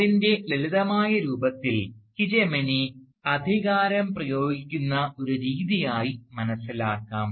അതിൻറെ ലളിതമായ രൂപത്തിൽ ഹീജെമനി അധികാരം പ്രയോഗിക്കുന്ന ഒരു രീതിയായി മനസ്സിലാക്കാം